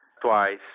twice